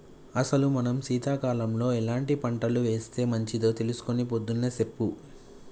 అసలు మనం సీతకాలంలో ఎలాంటి పంటలు ఏస్తే మంచిదో తెలుసుకొని పొద్దున్నే సెప్పు